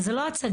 וזה לא הצגה.